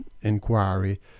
inquiry